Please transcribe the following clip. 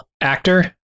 actor